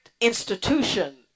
institution